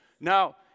Now